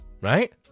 Right